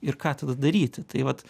ir ką tada daryti tai vat